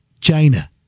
China